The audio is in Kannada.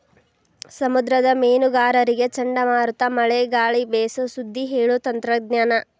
ಸಮುದ್ರದ ಮೇನುಗಾರರಿಗೆ ಚಂಡಮಾರುತ ಮಳೆ ಗಾಳಿ ಬೇಸು ಸುದ್ದಿ ಹೇಳು ತಂತ್ರಜ್ಞಾನ